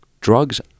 Drugs